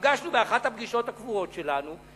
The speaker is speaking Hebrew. נפגשנו באחת הפגישות הקבועות שלנו,